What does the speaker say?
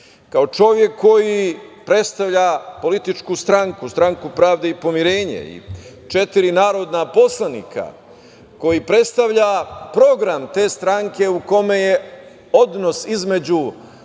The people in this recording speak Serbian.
kao čovek koji predstavlja političku stranku, Stranku pravde i pomirenja, četiri narodna poslanika koji predstavlja program te stranke u kome je odnos između